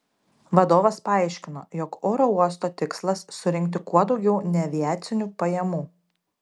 vadovas paaiškino jog oro uosto tikslas surinkti kuo daugiau neaviacinių pajamų